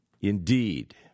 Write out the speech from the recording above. Indeed